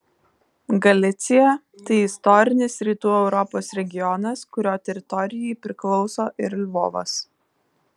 galicija tai istorinis rytų europos regionas kurio teritorijai priklauso ir lvovas